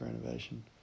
renovation